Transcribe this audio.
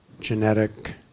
genetic